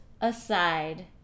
aside